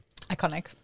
Iconic